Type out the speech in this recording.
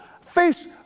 face